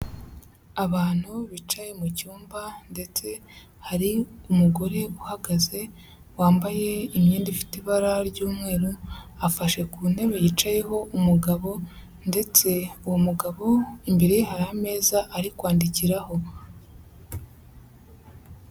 Abantu bicaye mu cyumba ndetse hari umugore uhagaze wambaye imyenda ifite ibara ry'umweru, afashe ku ntebe yicayeho umugabo ndetse uwo mugabo imbere ye ameza ari kwandikiraho.